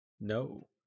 No